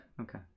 Okay